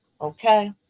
okay